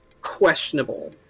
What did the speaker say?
questionable